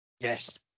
Yes